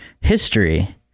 history